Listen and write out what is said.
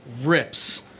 rips